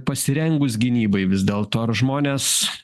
pasirengus gynybai vis dėlto ar žmonės